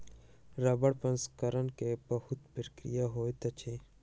रबड़ प्रसंस्करण के बहुत प्रक्रिया होइत अछि